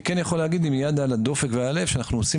אני כן יכול להגיד עם יד על הדופק והלב שאנחנו עושים